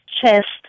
chest